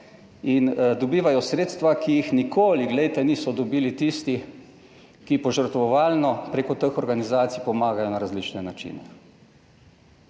in dobivajo sredstva, ki jih nikoli, glejte, niso dobili tisti, ki požrtvovalno preko teh organizacij pomagajo na različne načine